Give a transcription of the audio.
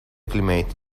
climate